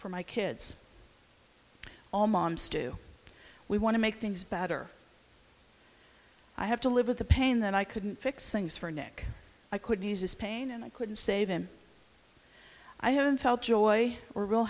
for my kids all mom's do we want to make things better i have to live with the pain that i couldn't fix things for nick i couldn't use his pain and i couldn't save him i haven't felt joy or real